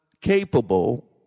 capable